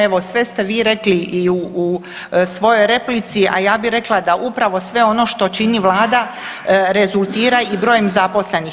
Evo sve ste vi rekli i u svojoj replici, a ja bih rekla da upravo sve ono što čini Vlada rezultira i brojem zaposlenih.